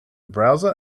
browser